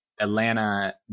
Atlanta